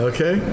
Okay